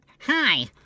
hi